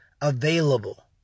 available